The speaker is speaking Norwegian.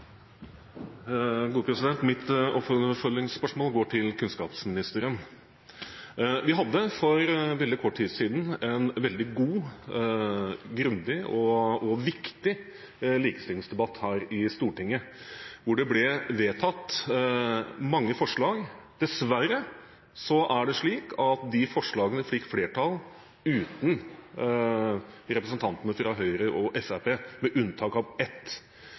oppfølgingsspørsmål. Mitt oppfølgingsspørsmål går til kunnskapsministeren. Vi hadde for veldig kort tid siden en veldig god, grundig og viktig likestillingsdebatt her i Stortinget, hvor det ble vedtatt mange forslag. Dessverre er det slik at disse forslagene fikk flertall uten representantene fra Høyre og Fremskrittspartiet, med unntak av ett.